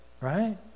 right